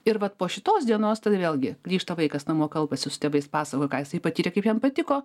ir vat po šitos dienos tada vėlgi grįžta vaikas namo kalbasi su tėvais pasakoja ką jisai patyrė kaip jam patiko